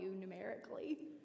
numerically